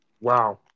Wow